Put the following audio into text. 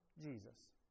Jesus